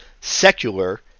secular